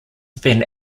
then